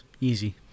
easy